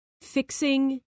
fixing